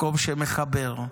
מקום שמחבר,